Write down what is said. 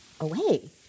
away